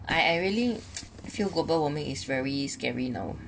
I I really feel global warming is very scary now